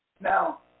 Now